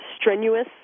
strenuous